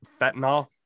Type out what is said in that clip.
fentanyl